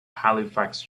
halifax